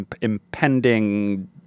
impending